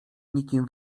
nikim